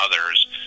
others